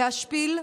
להשפיל,